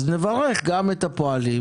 אז נברך גם את הפועלים,